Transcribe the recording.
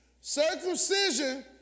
Circumcision